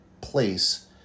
place